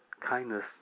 kindness